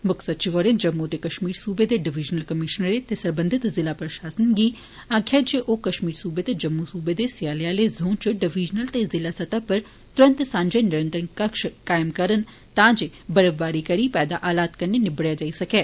मुक्ख सचिव होरें जम्मू ते कश्मीर सूबें दे डिवीजनल कमिशनरें ते सरबंघत जिला प्रशासनें गी आखेआ जे ओह् कश्मीर सूबे ते जम्मू सूबे दे स्याले आहले जोन च डिवीजनल ते जिला स्तरें पर तुरत सांझे नियंत्रण कक्ष कायम करन तांजे बर्फबारी कारण पैदा हालात कन्नै निब्बड़ेआ जाई सकै